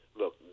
look